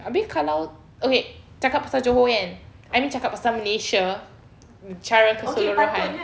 abeh kalau okay cakap pasal johor kan and cakap pasal malaysia cara kesuluruhan